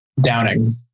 downing